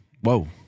Whoa